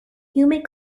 humid